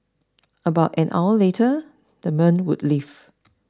about an hour later the men would leave